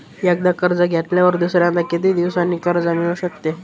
एकदा कर्ज घेतल्यावर दुसऱ्यांदा किती दिवसांनी कर्ज मिळू शकते?